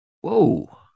Whoa